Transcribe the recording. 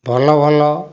ଭଲ ଭଲ